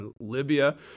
Libya